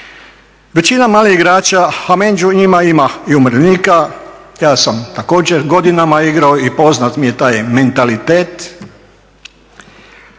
Većina malih igrača, a među njima ima i umirovljenika, ja sam također godinama igrao i poznat mi je taj mentalitet,